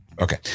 Okay